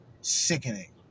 sickening